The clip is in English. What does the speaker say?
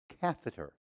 catheter